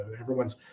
Everyone's